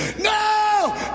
No